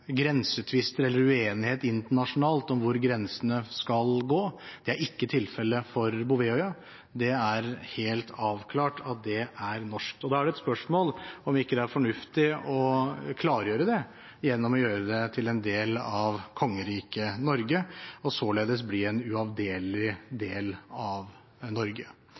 grensetvister eller uenighet internasjonalt om hvor grensene skal gå. Det er ikke tilfellet for Bouvetøya. Det er helt avklart at den er norsk. Da er det et spørsmål om det ikke er fornuftig å klargjøre det gjennom å gjøre den til en del av Kongeriket Norge, slik at den blir en uavdelelig del av Norge.